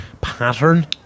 pattern